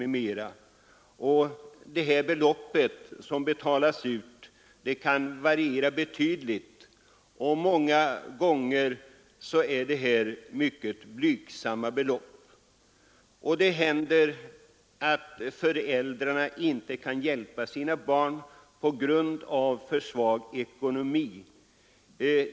De belopp som betalas ut kan variera betydligt, och det är många gånger mycket blygsamma belopp. Det händer att föräldrarna till praktikanterna inte kan hjälpa sina barn på grund av att de själva har för svag ekonomi.